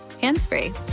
hands-free